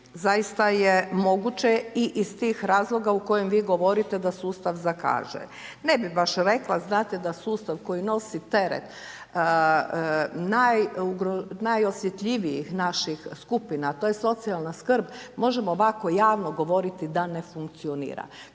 zaista je moguće i iz tih razloga u kojem vi govorite da sustav zakaže. Ne bih baš rekla, znate da sustav koji nosi teret najosjetljivijih naših skupina, to je socijalna skrb, možemo ovako javno govoriti da ne funkcionira.